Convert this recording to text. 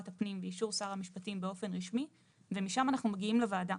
הפנים ואישור שר המשפטים באופן רשמי ומשם אנחנו מגיעים לוועדה.